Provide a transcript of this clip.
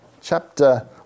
Chapter